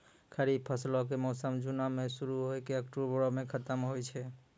खरीफ फसलो के मौसम जूनो मे शुरु होय के अक्टुबरो मे खतम होय छै